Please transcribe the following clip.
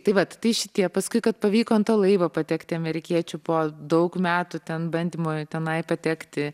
tai vat tai šitie paskui kad pavyko ant to laivo patekti amerikiečių po daug metų ten bandymų tenai patekti